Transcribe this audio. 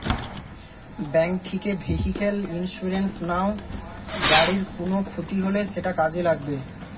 bank থিকে vehicle insurance লাও, গাড়ির কুনো ক্ষতি হলে সেটা কাজে লাগবে